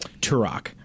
Turok